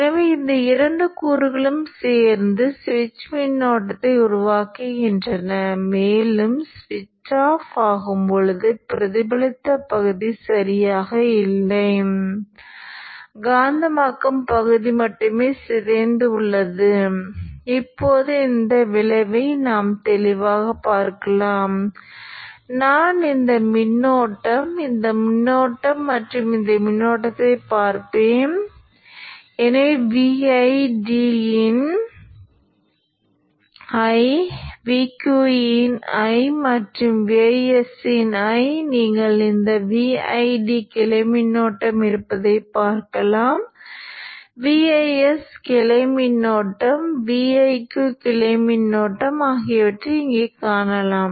எனவே nIo கூறு nIo Im மதிப்பு இந்த கட்டத்தில் நான் தொடங்கும் மதிப்பாக இருக்கும் பின்னர் கசிவு ஆற்றல் டிகேட் ஆனதும் காந்தமாக்கும் ஆற்றல் டிகேட் ஆகி இந்த V வடிவத்தை எடுக்கும்